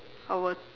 our